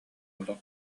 олох